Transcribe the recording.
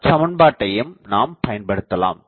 அச்சமன்பாட்டையும் நாம் பயன்படுத்தலாம்